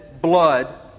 blood